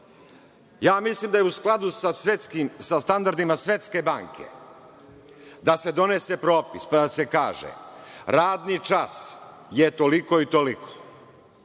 Ja mislim da je u skladu sa standardima Svetske banke da se donese propis, pa da se kaže – radni čas je toliko i toliko,